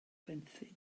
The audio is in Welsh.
fenthyg